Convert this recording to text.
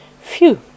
Phew